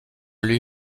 lui